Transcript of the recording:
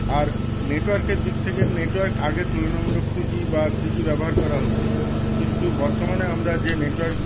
আর নেটওয়ার্কের দিক থেকে নেটওয়ার্ক আগে তুলনামূলক টুজি বা থ্রিজি ব্যবহার করা হতো কিন্তু বর্তমানে আমরা যে নেটওয়ার্ক